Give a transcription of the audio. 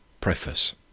Preface